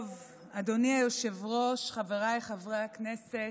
טוב, אדוני היושב-ראש, חבריי חברי הכנסת,